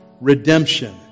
redemption